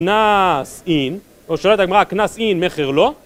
קנס אין, או שואלת הגמרא, קנס אין, מכר לא?